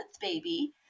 baby